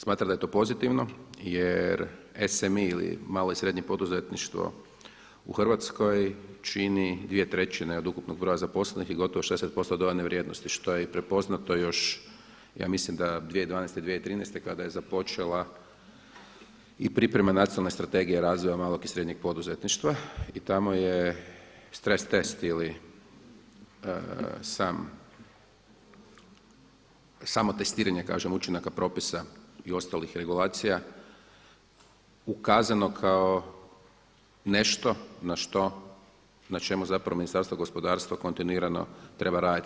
Smatra da je to pozitivno jer SMI ili malo i srednje poduzetništvo u Hrvatskoj čini 2/3 od ukupnog broja zaposlenih i gotov 60% dodane vrijednosti što je i prepoznato još, ja mislim 2012., 2013. kada je započela i priprema Nacionalne strategije razvoja malog i srednjeg poduzetništva i tamo je stres test ili samo testiranje, kažem učinaka propisa i ostalih regulacija ukazano kao nešto na što, na čemu zapravo Ministarstvo gospodarstva kontinuirano treba raditi.